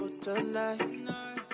tonight